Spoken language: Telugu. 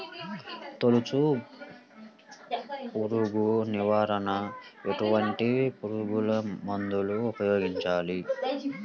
తొలుచు పురుగు నివారణకు ఎటువంటి పురుగుమందులు ఉపయోగించాలి?